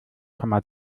komma